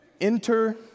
Enter